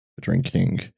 drinking